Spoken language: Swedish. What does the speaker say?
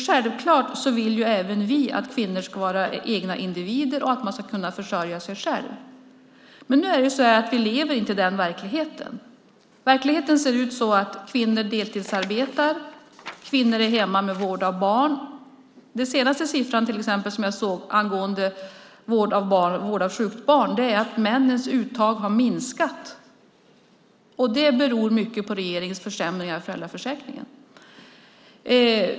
Självklart vill även vi att kvinnor ska vara egna individer och att de ska kunna försörja sig själv. Men vi lever inte i den verkligheten. Verkligheten ser ut så att kvinnor deltidsarbetar, och kvinnor är hemma för vård av barn. Den senaste siffran jag såg för vård av sjukt barn visar att männens uttag har minskat. Det beror mycket på regeringens försämringar i föräldraförsäkringen.